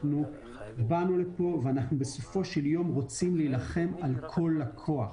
אנחנו באנו לכאן ואנחנו בסופו של יום רוצים להילחם על כל לקוח.